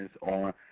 on